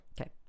okay